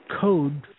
code